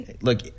Look